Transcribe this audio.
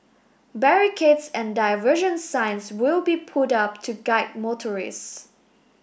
barricades and diversion signs will be put up to guide motorist